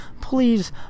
please